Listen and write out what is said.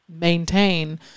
maintain